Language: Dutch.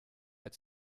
het